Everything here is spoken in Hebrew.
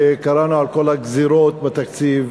וקראנו על כל הגזירות בתקציב,